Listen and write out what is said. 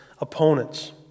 opponents